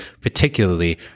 particularly